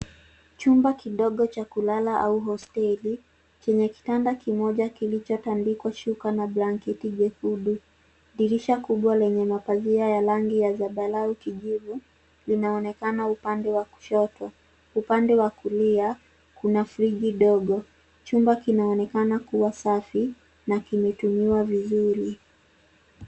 Chumba kidogo cha kulala au hosteli kenye kitanda kimoja kilichotandikwa shuka na blanketi jekundu. Dirisha kubwa lenye mapazia ya rangi ya zambarau-kijivu linaonekana upande wa kushoto. Upande wa kulia, kuna friji dogo. Chumba kinaonekana kuwa safi na kimetumiwa vizuri.